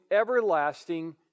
everlasting